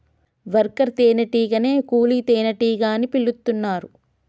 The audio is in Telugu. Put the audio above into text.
వర్కర్ తేనే టీగనే కూలీ తేనెటీగ అని పిలుతున్నరు